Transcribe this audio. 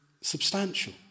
substantial